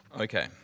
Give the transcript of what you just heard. Okay